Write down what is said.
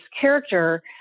character